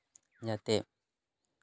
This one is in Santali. ᱡᱟᱛᱮ